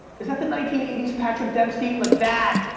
is that the nineteen eighty s patrick dempsey? like that